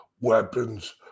weapons